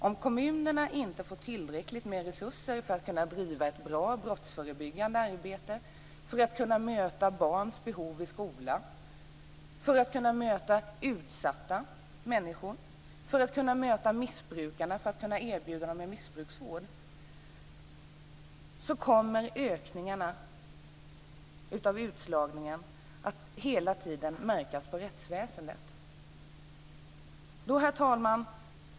Om kommunerna inte får tillräckligt med resurser för att kunna driva ett bra brottsförebyggande arbete, för att kunna möta barns behov i skolan, för att kunna möta utsatta människor, för att kunna möta missbrukare och erbjuda dem missbruksvård kommer ökningen av utslagningen att märkas på rättsväsendet.